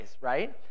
right